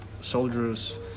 soldiers